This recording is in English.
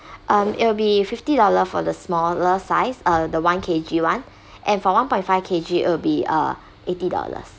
um it'll be fifty dollar for the smaller size uh the one K_G one and for one point five K_G it'll be uh eighty dollars